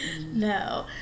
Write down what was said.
no